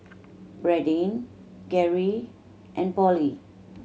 Bradyn Gary and Polly